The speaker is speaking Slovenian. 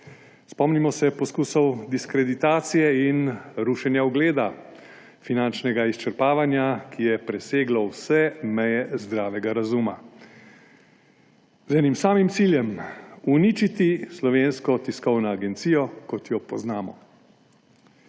Spomnimo se poskusov diskreditacije in rušenja ugleda, finančnega izčrpavanja, ki je preseglo vse meje zdravega razuma, z enim samim ciljem – uničiti Slovensko tiskovno agencijo, kot jo poznamo.